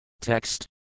TEXT